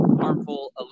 harmful